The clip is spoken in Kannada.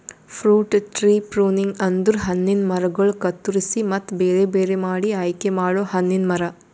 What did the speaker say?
ಫ್ರೂಟ್ ಟ್ರೀ ಪ್ರುಣಿಂಗ್ ಅಂದುರ್ ಹಣ್ಣಿನ ಮರಗೊಳ್ ಕತ್ತುರಸಿ ಮತ್ತ ಬೇರೆ ಬೇರೆ ಮಾಡಿ ಆಯಿಕೆ ಮಾಡೊ ಹಣ್ಣಿನ ಮರ